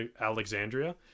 Alexandria